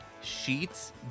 sheets